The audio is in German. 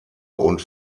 und